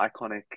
iconic